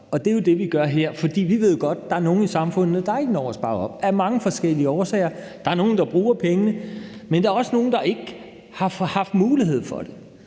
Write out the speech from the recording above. og det er jo det, vi gør her. Vi ved godt, at der er nogle i samfundet, der ikke når at spare op af mange forskellige årsager. Der er nogle, der bruger pengene, men der også nogle, der ikke har haft mulighed for det.